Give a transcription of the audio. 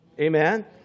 Amen